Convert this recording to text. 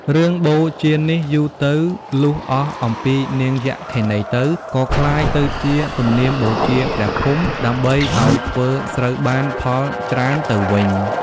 រឿងបូជានេះ យូរទៅ លុះអស់អំពីនាងយក្ខិនីទៅ ក៏ក្លាយទៅជាទំនៀមបូជាព្រះភូមិ ដើម្បីឲ្យធ្វើស្រូវបាន ផលច្រើនទៅវិញ។